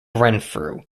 renfrew